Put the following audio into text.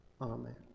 Amen